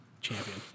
champion